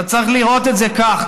אתה צריך לראות את זה כך.